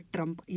Trump